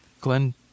Glenn